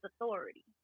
authority